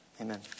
Amen